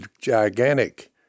gigantic